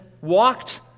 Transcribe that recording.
walked